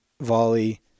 volley